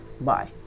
Bye